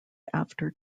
after